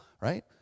Right